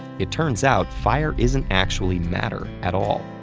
it turns out fire isn't actually matter at all.